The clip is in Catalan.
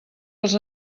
els